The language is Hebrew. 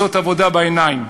זו עבודה בעיניים".